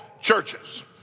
churches